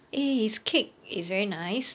eh his cake is very nice